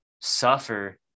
suffer